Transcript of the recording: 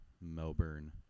Melbourne